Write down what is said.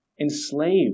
Enslaved